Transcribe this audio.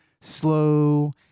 slow